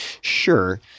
sure